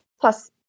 Plus